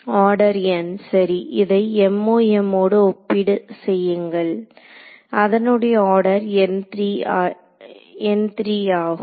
order n சரி இதை MoM ஓடு ஒப்பீடு செய்யுங்கள் அதனுடைய ஆர்டர் ஆகும்